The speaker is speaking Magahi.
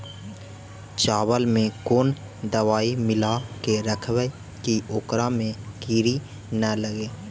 चावल में कोन दबाइ मिला के रखबै कि ओकरा में किड़ी ल लगे?